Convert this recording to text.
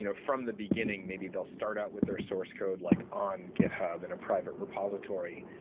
you know from the beginning, maybe they'll start out with their source code like on github, in a private repository,